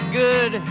good